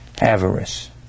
avarice